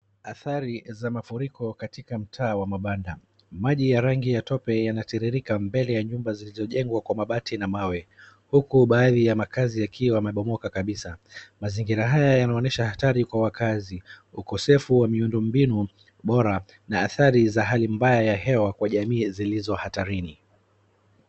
Athari za mafuriko katika mtaa wa mabanda, maji ya rangi ya tope yanatiririka mbele ya nyumba zilizojengwa kwa mabati na mawe. Huku baadhi ya makazi yakiwa yamebomoka kabisa, mazingira haya yanaonyesha hatari kwa wakazi, ukosefu wa miundo mbinu bora, na athari za hali mbaya ya hewa kwa jamii zilizo hatarini.